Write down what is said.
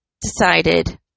decided